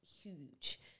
huge